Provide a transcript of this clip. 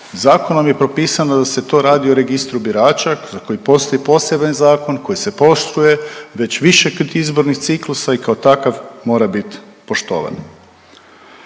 zakonom je propisano da se to radi o registru birača za koji postoji poseban zakon koji se poštuje već više izbornih ciklusa i kao takav mora biti poštovan.